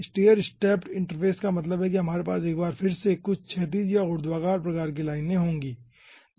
stair stepped interface का मतलब है कि हमारे पास एक बार फिर से कुछ क्षैतिज या ऊर्ध्वाधर प्रकार के लाइन होंगे